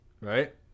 Right